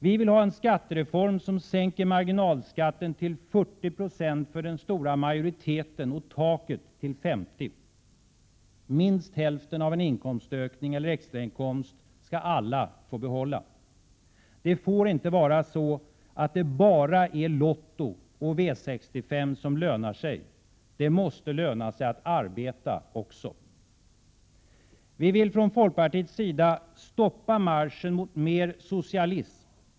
Vi vill ha en skattereform som sänker marginalskatten till 40 90 för den stora majoriteten och taket till 50 20. Minst hälften av en inkomstökning eller extrainkomst skall alla få behålla! Det får inte vara så att det bara är Lotto och V 65 som lönar sig — det måste löna sig att arbeta också! Vi vill från folkpartiets sida stoppa marschen mot mer socialism.